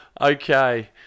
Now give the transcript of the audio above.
Okay